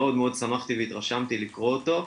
מאוד שמחתי והתרשמתי לקרוא אותו.